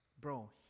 Bro